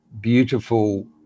beautiful